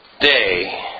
day